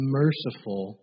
merciful